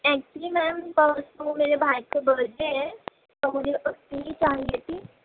actually ma'am پرسوں میرے بھائی کا برتھ ڈے ہے تو مجھے اس کے لیے چاہیے تھی